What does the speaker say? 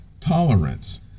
tolerance